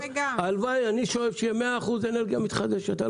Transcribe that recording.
אני שואף שיהיה 100 אחוז אנרגיה מתחדשת.